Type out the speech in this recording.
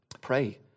Pray